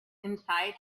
inside